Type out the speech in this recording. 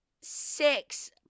six